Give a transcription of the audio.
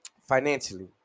financially